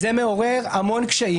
זה מעורר המון קשיים,